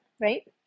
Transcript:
right